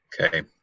Okay